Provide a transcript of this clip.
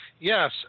Yes